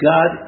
God